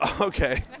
Okay